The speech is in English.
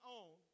on